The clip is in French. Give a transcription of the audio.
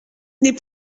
n’est